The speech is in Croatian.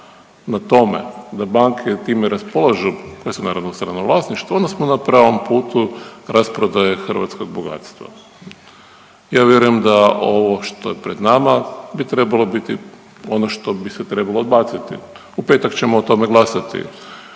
na tome da banke time raspolažu, koje su naravno, u stranom vlasništvu, onda smo na pravom putu rasprodaje hrvatskog bogatstva. Ja vjerujem da ovo što je pred nama bi trebalo biti ono što bi se trebalo odbaciti. U petak ćemo o tome glasati.